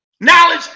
Knowledge